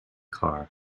car